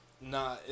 Nah